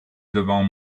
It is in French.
devant